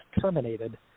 terminated